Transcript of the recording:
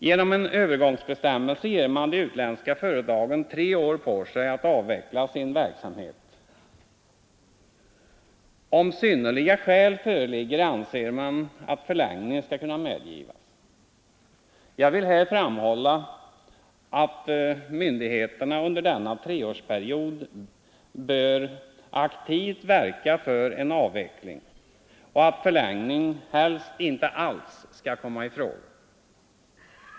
Genom en övergångsbestämmelse ger man de utländska företagen tre år på sig att avveckla sin verksamhet. Om synnerliga skäl föreligger, anser man, skall förlängning kunna medgivas. Jag vill här framhålla att myndigheterna under denna treårsperiod bör aktivt verka för en avveckling och att förlängning helst inte alls skall komma i fråga.